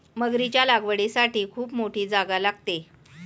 मगरीच्या लागवडीसाठी खूप मोठी जागा लागते